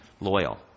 loyal